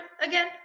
again